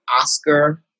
Oscar